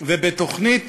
ובתוכנית